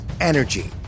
energy